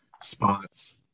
spots